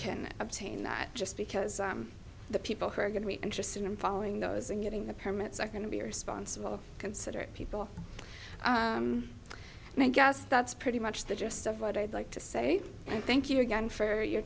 can obtain that just because the people who are going to be interested in following those and getting the permits are going to be responsible considerate people and i guess that's pretty much the gist of what i'd like to say i thank you again for your